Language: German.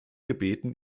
gebeten